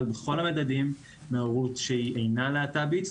בכל המדדים מהורות שהיא אינה להט"בית,